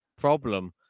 problem